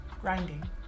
grinding